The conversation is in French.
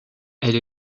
elle